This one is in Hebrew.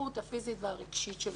ההתפתחות הפיזית והרגשית שלו.